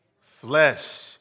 flesh